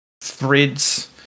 Threads